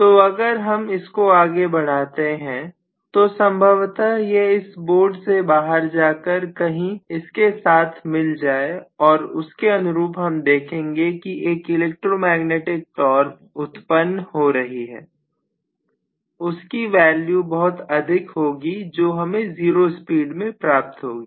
तो अगर हम इस को आगे बढ़ाते रहें तो संभवतः यह इस बोर्ड से बाहर जाकर कहीं इसके साथ मिल जाए और उसके अनुरूप हम देखेंगे की एक इलेक्ट्रोमैग्नेटिक टॉर्क उत्पन्न हो रही हैउसकी वैल्यू बहुत अधिक होगी जो हमें जीरो स्पीड में प्राप्त होगी